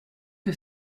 que